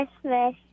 Christmas